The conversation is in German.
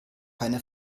keine